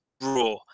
raw